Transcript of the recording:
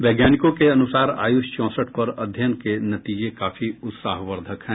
वैज्ञानिकों के अनुसार आयुष चौंसठ पर अध्ययन के नतीजे काफी उत्साहवर्धक हैं